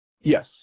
Yes